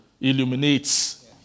illuminates